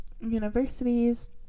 universities